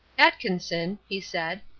atkinson, he said,